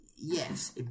Yes